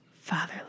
Fatherless